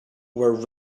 were